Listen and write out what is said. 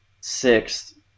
sixth